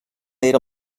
era